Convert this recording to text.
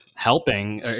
Helping